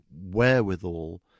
wherewithal